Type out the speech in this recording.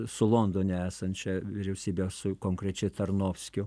su londone esančia vyriausybe su konkrečiai tarnovskiu